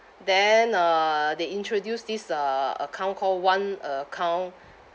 then uh they introduce this uh account call one account